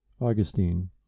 Augustine